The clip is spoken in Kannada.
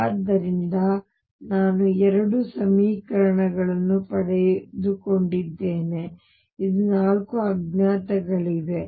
ಆದ್ದರಿಂದ ನಾನು ಎರಡು ಸಮೀಕರಣಗಳನ್ನು ಪಡೆದುಕೊಂಡಿದ್ದೇನೆ ಇನ್ನೂ ನಾಲ್ಕು ಅಜ್ಞಾತಗಳಿವೆ